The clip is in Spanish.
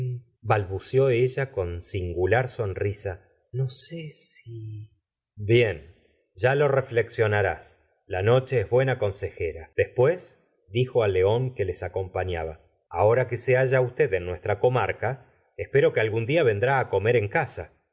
balbuceó ella con singular sonrisa no sé si bien ya lo reflexionarás la noche es buena consejera después dijo á león que les acompañaba ahora que se halla usted en nuestra comarca espero que algún dia vendrá á comer en casa